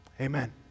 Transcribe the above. Amen